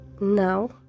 Now